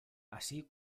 así